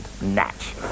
Natch